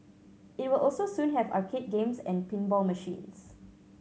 it will also soon have arcade games and pinball machines